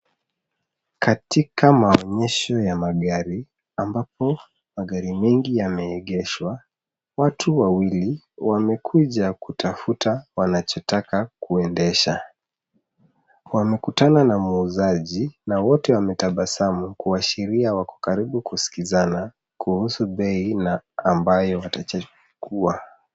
Katika maonyesho ya magari ambapo magari mengi yameegeshwa, watu wawili wamekuja kutafuta wanachotaka kuendesha. Wamekutana na muuzaji na wote wametabasamu kuashiria wako karibu kusikizana kuhusu bei na ambayo watachagua.